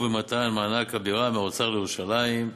במתן מענק הבירה מטעם האוצר לירושלים: